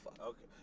Okay